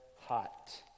hot